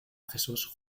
jesús